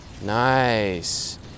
Nice